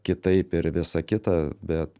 kitaip ir visa kita bet